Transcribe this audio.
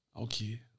okay